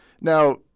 Now